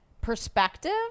perspective